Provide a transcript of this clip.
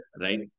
right